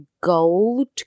gold